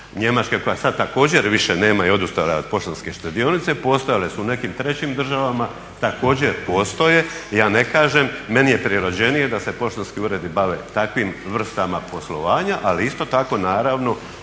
Njemačke koja sada također više nema i odustala je od poštanske štedionice postojale su u nekim trećim državama, također postoje ja ne kažem. Meni je prirođenije da se poštanski uredi takvim vrstama poslovanja, ali isto tako u